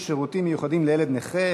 שירותים מיוחדים לילד נכה),